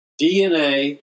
DNA